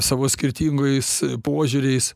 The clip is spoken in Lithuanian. savo skirtingais požiūriais